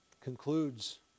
concludes